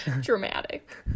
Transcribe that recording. dramatic